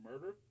murder